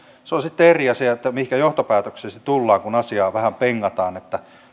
se on sitten eri asia mihinkä johtopäätökseen sitten tullaan kun asiaa vähän pengataan